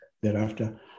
thereafter